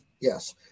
yes